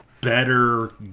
Better